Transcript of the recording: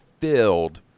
filled